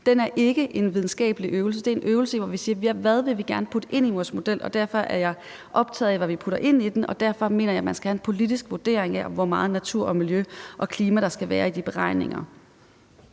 Den er ikke en videnskabelig øvelse. Det er en øvelse, hvor vi siger: Hvad vil vi gerne putte ind i vores model? Og derfor er jeg optaget af, hvad de putter ind i den, og derfor mener jeg, at man skal have en politisk vurdering af, hvor meget natur og miljø og klima der skal være i de beregninger.